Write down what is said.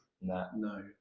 No